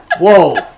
Whoa